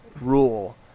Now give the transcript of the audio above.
rule